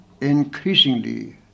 increasingly